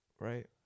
Right